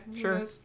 Sure